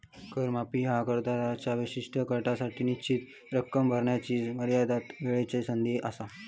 कर माफी ह्या करदात्यांच्या विशिष्ट गटासाठी निश्चित रक्कम भरण्याची मर्यादित वेळची संधी असा